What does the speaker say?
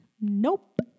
Nope